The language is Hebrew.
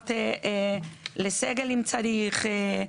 מקומות לסגל אם צריך,